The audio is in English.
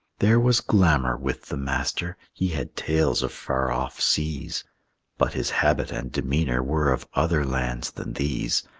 there was glamour with the master he had tales of far-off seas but his habit and demeanor were of other lands than these.